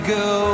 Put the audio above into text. go